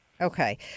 Okay